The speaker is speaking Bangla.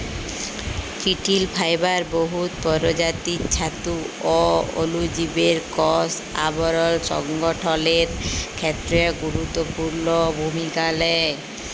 চিটিল ফাইবার বহুত পরজাতির ছাতু অ অলুজীবের কষ আবরল সংগঠলের খ্যেত্রে গুরুত্তপুর্ল ভূমিকা লেই